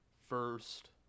first